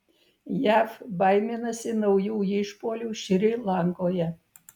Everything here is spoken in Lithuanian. jav baiminasi naujų išpuolių šri lankoje